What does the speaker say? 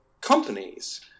companies